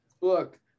Look